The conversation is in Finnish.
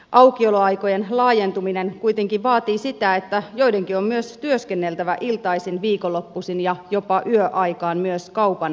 aukioloaikojen laajentuminen kuitenkin vaatii sitä että joidenkin on työskenneltävä iltaisin viikonloppuisin ja jopa yöaikaan myös kaupan alalla